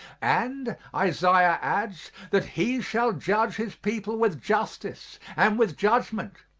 and, isaiah adds, that he shall judge his people with justice and with judgment.